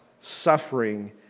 suffering